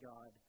God